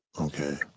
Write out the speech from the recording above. Okay